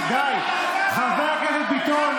ביטון,